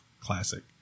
classic